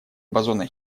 бозона